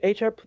HR